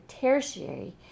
tertiary